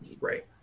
Right